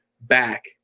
back